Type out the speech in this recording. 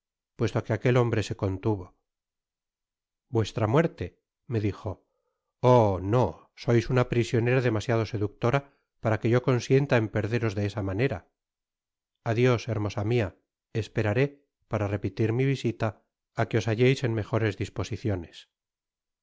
puesto que aquel hombre se contuvo vuestra muerte me dijo oh no sois una prisionera demasiado seductora para que yo consienta en perderos de esa manera adios hermosa mia esperaré para repelir mi visita á que os halleis en mtjores disposiciones